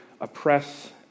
oppress